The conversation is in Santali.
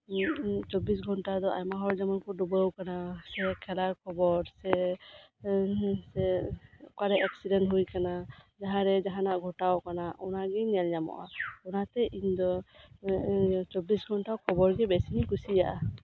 ᱪᱚᱵᱽᱵᱤᱥ ᱜᱷᱚᱱᱴᱟ ᱫᱚ ᱟᱭᱢᱟ ᱦᱚᱲ ᱡᱮᱢᱚᱱ ᱠᱚ ᱰᱩᱵᱟᱹᱣ ᱠᱟᱱᱟ ᱥᱮ ᱠᱷᱮᱞᱟᱨ ᱠᱷᱚᱵᱚᱨ ᱥᱮ ᱚᱠᱟᱨᱮ ᱮᱠᱥᱤᱰᱮᱸᱴ ᱦᱩᱭ ᱠᱟᱱᱟ ᱡᱟᱦᱟᱸᱨᱮ ᱡᱟᱦᱟᱸᱱᱟᱜ ᱜᱷᱚᱴᱟᱣ ᱠᱟᱱᱟ ᱚᱱᱟ ᱜᱮ ᱧᱮᱞ ᱧᱟᱢᱚᱜᱼᱟ ᱚᱱᱟᱛᱮ ᱤᱧ ᱫᱚ ᱪᱚᱵᱽᱵᱤᱥ ᱜᱷᱚᱱᱴᱟ ᱠᱷᱚᱵᱚᱨ ᱜᱮ ᱵᱮᱥᱤᱧ ᱠᱩᱥᱤᱭᱟᱜᱼᱟ